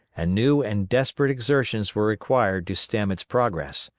and new and desperate exertions were required to stem its progress.